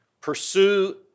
pursue